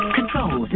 Control